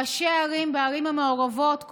ראשי הערים בערים המעורבות,